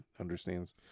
understands